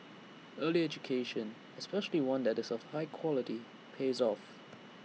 early education especially one that is of high quality pays off